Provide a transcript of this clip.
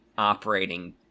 operating